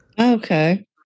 Okay